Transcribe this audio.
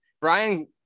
Brian